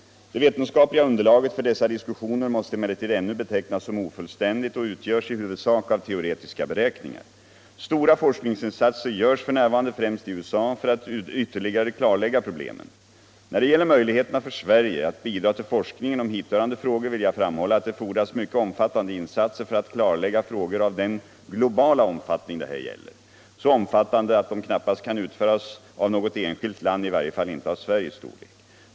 Det vetenskapliga underlaget för dessa diskussioner måste emellertid ännu betecknas som ofullständigt och utgörs i huvudsak av teoretiska beräkningar. Stora forskningsinsatser görs f. n. frimst i USA för att ytterligare klarlägga problemen. Beträffande möjligheterna för Sverige att bidra till forskningen om hithörande frågor vill jag framhålla att det fordras mycket omfattande insatser för att klarlägga frågor av den globala omfattning det här gäller, så omfattande att de knappast kan utföras av något enskilt land, i varje fall inte av Sveriges storlek.